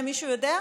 מישהו יודע?